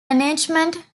management